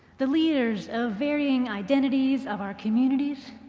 the leaders of varying identities of our communities?